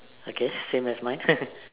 okay same as mine